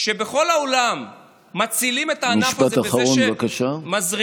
כשבכל העולם מצילים את הענף הזה בזה שמזרימים,